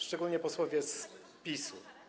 Szczególnie posłowie z PiS-u.